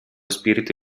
spirito